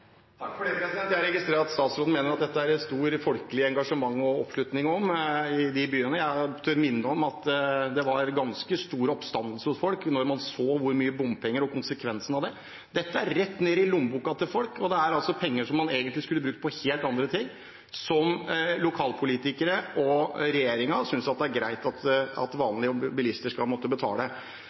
registrerer at statsråden mener at det er stor folkelig oppslutning og stort engasjement for dette i disse byene. Jeg tør minne om at det var ganske stor oppstandelse blant folk da man så hvor mye bompenger det var og konsekvensene av det. Dette griper rett i lommeboka til folk, og det er penger som man egentlig skulle brukt på helt andre ting, som lokalpolitikere og regjeringen synes det er greit at vanlige bilister skal måtte betale.